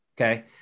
Okay